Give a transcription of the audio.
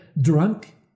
drunk